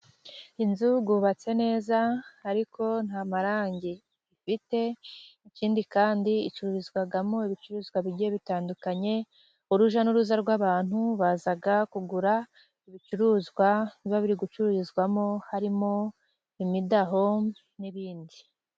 Inzu yubatse neza ariko nta marangi ifite. Ikindi kandi icururizwamo ibicuruzwa bigiye bitandukanye. Urujya n'uruza rw'abantu baza kugura ibicuruzwa biba biri gucururizwamo harimo imidaho n'ibindi.